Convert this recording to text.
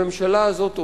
הממשלה הזאת אומרת: